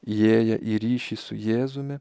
įėję į ryšį su jėzumi